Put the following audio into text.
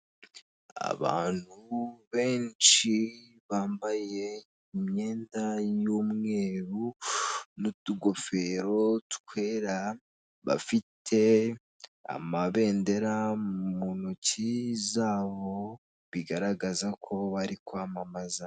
Abantu benshi bambaye imyenda y'umweru, n'utugofero twera, bafite amabendera mu ntoki zabo, bigaragaza ko bari kwamamaza.